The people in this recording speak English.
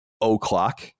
o'clock